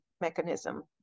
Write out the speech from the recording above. mechanism